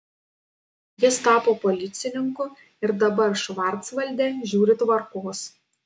jis tapo policininku ir dabar švarcvalde žiūri tvarkos